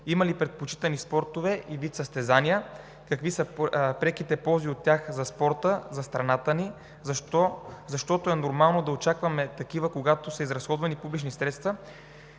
има ли предпочитани спортове и видове състезания, какви са преките ползи от тях за спорта и за страната ни, защото е нормално да очакваме такива, когато са изразходвани публични средства.